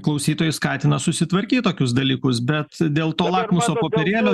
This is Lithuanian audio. klausytojai skatina susitvarkyt tokius dalykus bet dėl to lakmuso popierėlio